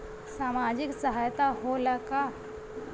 सामाजिक सहायता होला का?